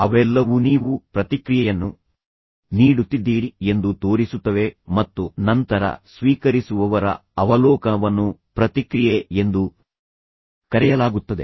ಅವೆಲ್ಲವೂನೀವು ಪ್ರತಿಕ್ರಿಯೆಯನ್ನು ನೀಡುತ್ತಿದ್ದೀರಿ ಎಂದು ತೋರಿಸುತ್ತವೆ ಮತ್ತು ನಂತರ ಸ್ವೀಕರಿಸುವವರ ಅವಲೋಕನವನ್ನು ಪ್ರತಿಕ್ರಿಯೆ ಎಂದು ಕರೆಯಲಾಗುತ್ತದೆ